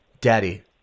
Daddy